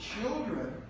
children